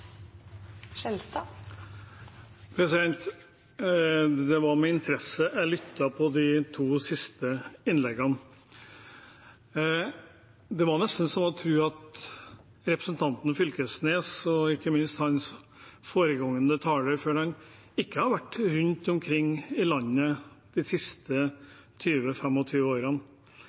Det var med interesse jeg lyttet til de to siste innleggene. Det var nesten så en kunne tro at representanten Knag Fylkesnes og ikke minst taleren før ham ikke har vært rundt omkring i landet de siste 20–25 årene,